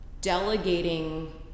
delegating